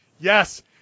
Yes